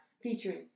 featuring